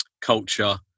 culture